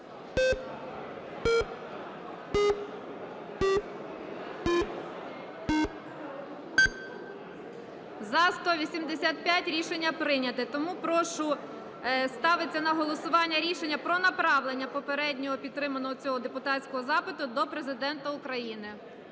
За-185 Рішення прийнято. Тому прошу, ставиться на голосування рішення про направлення попередньо підтриманого цього депутатського запиту до Президента України.